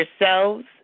yourselves